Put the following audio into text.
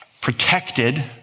protected